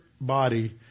body